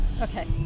okay